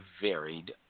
varied